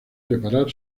reparar